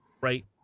right